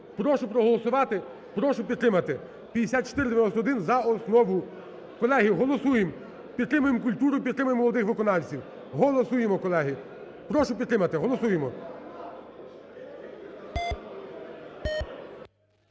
Прошу проголосувати, прошу підтримати 5491 за основу. Колеги, голосуємо, підтримуємо культуру, підтримуємо молодих виконавців, голосуємо колеги. Прошу підтримати, голосуємо.